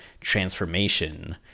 transformation